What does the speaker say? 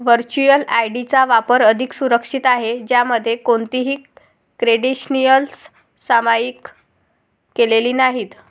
virtual ID चा वापर अधिक सुरक्षित आहे, ज्यामध्ये कोणतीही क्रेडेन्शियल्स सामायिक केलेली नाहीत